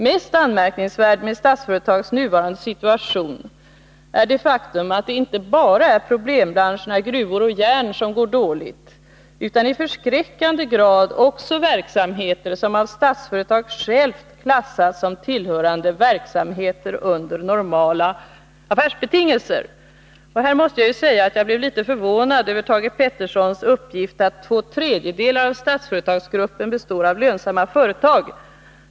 Mest anmärkningsvärt med Statsföretags nuvarande situation är det faktum att det inte bara är problembranscherna gruvor och järn som går 89 dåligt utan i förskräckande grad också verksamheter som av Statsföretag självt klassats som tillhörande verksamheter under normala affärsbetingelser. Här måste jag säga att jag blev litet förvånad över Thage Petersons uppgift att två tredjedelar av Statsföretagsgruppen skulle bestå av lönsamma företag.